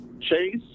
Chase